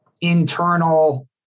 internal